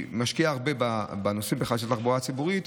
משקיעה הרבה בנושאים בכלל של תחבורה ציבורית,